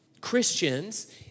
Christians